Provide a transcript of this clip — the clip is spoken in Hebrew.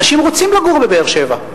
אנשים רוצים לגור בבאר-שבע,